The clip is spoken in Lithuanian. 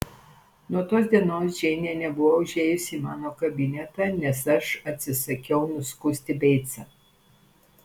nuo tos dienos džeinė nebuvo užėjusi į mano kabinetą nes aš atsisakiau nuskusti beicą